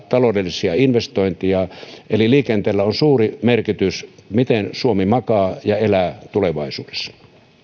taloudellisia investointeja johdattavana eli liikenteellä on suuri merkitys siinä miten suomi makaa ja elää tulevaisuudessa